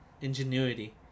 ingenuity